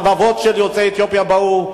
רבבות של יוצאי אתיופיה באו,